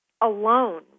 alone